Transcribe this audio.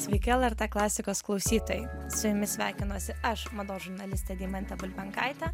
sveiki lrt klasikos klausytojai su jumis sveikinuosi aš mados žurnalistė deimantė bulbenkaitė